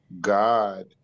God